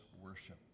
worship